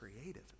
creative